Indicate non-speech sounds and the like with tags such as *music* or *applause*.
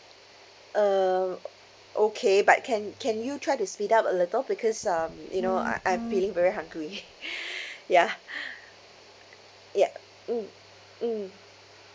uh okay but can can you try to speed up a little because um you know I I'm being very hungry *noise* *breath* ya *breath* ya mm mm